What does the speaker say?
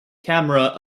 camera